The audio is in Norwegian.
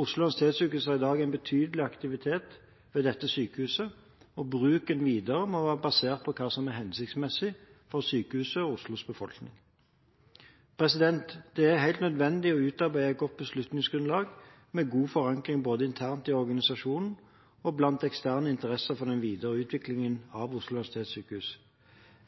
Oslo universitetssykehus har i dag en betydelig aktivitet ved dette sykehuset. Bruken videre må være basert på hva som er hensiktsmessig for sykehuset og Oslos befolkning. Det er helt nødvendig å utarbeide et godt beslutningsgrunnlag med god forankring både internt i organisasjonen og blant eksterne interessenter for den videre utviklingen av Oslo universitetssykehus.